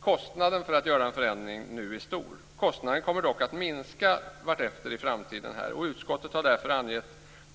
Kostnaden för att göra en förändring nu är stor. Den kommer dock att minska vartefter i framtiden, och utskottet har därför angivit